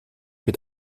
mit